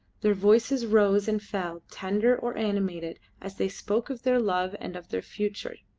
their voices rose and fell, tender or animated as they spoke of their love and of their future.